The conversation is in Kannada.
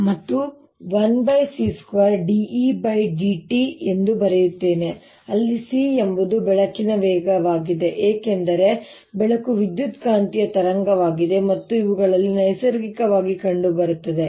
ಮತ್ತು 1 C² dEdt ಎಂದು ಬರೆಯುತ್ತೇನೆ ಅಲ್ಲಿ C ಎಂಬುದು ಬೆಳಕಿನ ವೇಗವಾಗಿದೆ ಏಕೆಂದರೆ ಬೆಳಕು ವಿದ್ಯುತ್ಕಾಂತೀಯ ತರಂಗವಾಗಿದೆ ಮತ್ತು ಇವುಗಳಲ್ಲಿ ನೈಸರ್ಗಿಕವಾಗಿ ಕಂಡುಬರುತ್ತದೆ